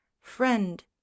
friend